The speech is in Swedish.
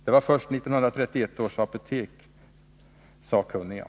Det var först 1931 års apotekssakkunniga.